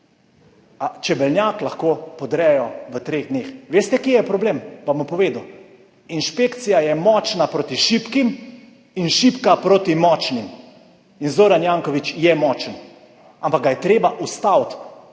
a čebelnjak lahko podrejo v treh dneh. Veste, kje je problem? Vam bom povedal. Inšpekcija je močna proti šibkim in šibka proti močnim in Zoran Janković je močen, ampak ga je treba ustaviti.